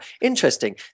interesting